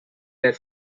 their